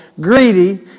greedy